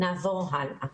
נעבור הלאה.